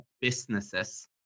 businesses